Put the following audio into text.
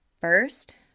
First